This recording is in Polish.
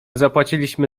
zapłaciliśmy